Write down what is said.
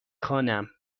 خوانم